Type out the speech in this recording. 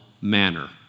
manner